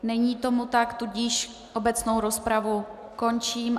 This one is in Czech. Není tomu tak, tudíž obecnou rozpravu končím.